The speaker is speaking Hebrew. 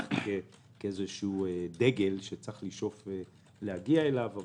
מסטריכט כדגל שצריך לשאוף להגיע אליו.